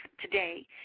today